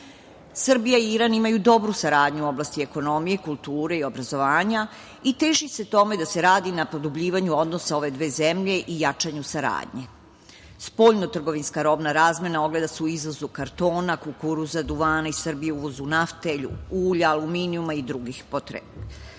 Kosovo. Srbija i Iran imaju dobru saradnju u oblasti ekonomije, kulture i obrazovanja i teži se tome da se radi na produbljivanju odnosa ove dve zemlje i jačanju saradnje. Spoljnotrgovinska robna razmena ogleda se u izvozu kartona, kukuruza, duvana iz Srbije, uvozu nafte, ulja, aluminijuma i drugih potreba.